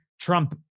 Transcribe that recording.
Trump